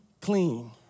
clean